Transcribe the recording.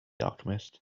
alchemist